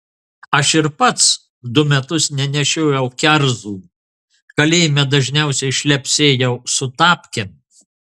aš ir pats du metus nenešiojau kerzų kalėjime dažniausiai šlepsėjau su tapkėm